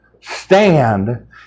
stand